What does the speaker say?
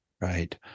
Right